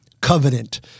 covenant